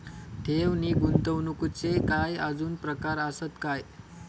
ठेव नी गुंतवणूकचे काय आजुन प्रकार आसत काय?